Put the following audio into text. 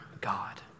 God